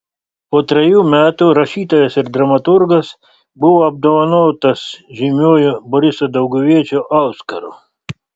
po trejų metų rašytojas ir dramaturgas buvo apdovanotas žymiuoju boriso dauguviečio auskaru